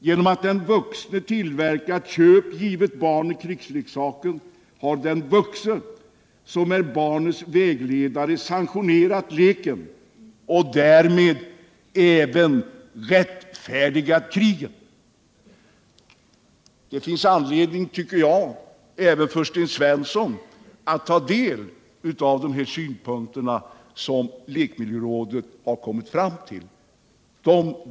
Genom att den vuxne tillverkat givit barnet krigsleksaken har den vuxne, som är barnets vägledare, sanktionerat leken och därmed rättfärdigat kriget.” Det finns anledning även för Sten Svensson att ta del av de slutsatser lekmiljörådet kommit fram till.